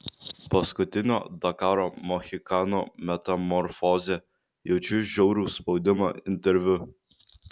paskutinio dakaro mohikano metamorfozė jaučiu žiaurų spaudimą interviu